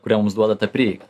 kurio mums duoda ta prieiga